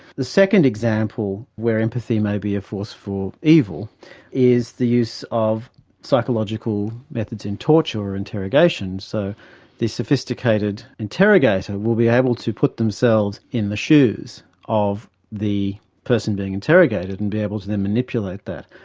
the second example where empathy may be a force for evil is the use of psychological methods in torture or interrogation, so the sophisticated interrogator will be able to put themselves in the shoes of the person being interrogated and be able to then manipulate that.